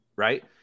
Right